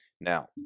Now